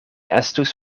estus